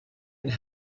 and